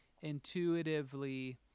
intuitively